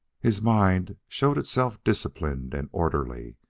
his mind showed itself disciplined and orderly,